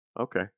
Okay